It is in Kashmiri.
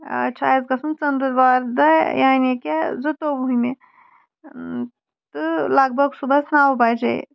چھُ اَسہِ گژھُن ژَندٕر وارِ دۄہ یعنے کہِ زٕتووُہمہِ تہٕ لگ بگ ُصبحَس نو بَجے